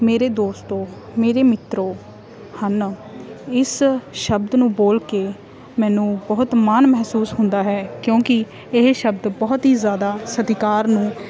ਮੇਰੇ ਦੋਸਤੋ ਮੇਰੇ ਮਿੱਤਰੋ ਹਨ ਇਸ ਸ਼ਬਦ ਨੂੰ ਬੋਲ ਕੇ ਮੈਨੂੰ ਬਹੁਤ ਮਾਣ ਮਹਿਸੂਸ ਹੁੰਦਾ ਹੈ ਕਿਉਂਕਿ ਇਹ ਸ਼ਬਦ ਬਹੁਤ ਹੀ ਜ਼ਿਆਦਾ ਸਤਿਕਾਰ ਨੂੰ